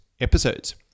episodes